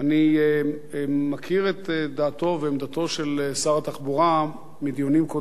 אני מכיר את דעתו ועמדתו של שר התחבורה מדיונים קודמים.